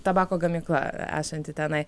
tabako gamykla esanti tenai